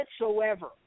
whatsoever